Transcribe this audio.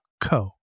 co